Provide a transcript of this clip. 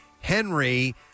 Henry